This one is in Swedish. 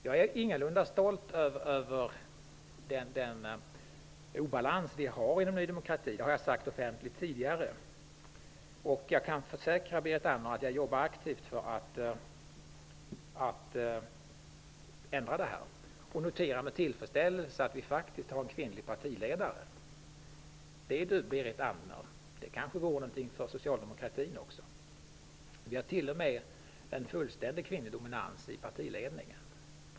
Jag är ingalunda stolt över den obalans vi har inom Ny demokrati. Det har jag tidigare sagt offentligt. Jag kan försäkra Berit Andnor att jag jobbar aktivt för att ändra detta. Jag noterar med tillfredsställelse att vi faktiskt har en kvinnlig partiledare. Det kanske vore något för socialdemokratin också, Berit Andnor! Vi har t.o.m. en fullständig kvinnlig dominans i partiledningen.